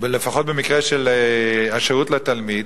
לפחות במקרה של השירות לתלמיד,